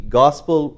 gospel